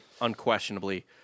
Unquestionably